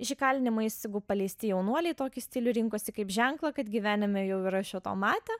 iš įkalinimo įstaigų paleisti jaunuoliai tokį stilių rinkosi kaip ženklą kad gyvenime jau yra šio to matę